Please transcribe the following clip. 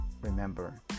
Remember